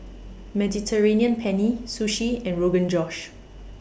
Mediterranean Penne Sushi and Rogan Josh